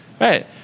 Right